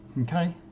Okay